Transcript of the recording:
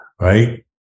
right